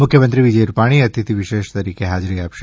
મુખ્યમંત્રી શ્રી વિજય રૂપાણી અતિથિ વિશેષ તરીકે હાજરી આપશે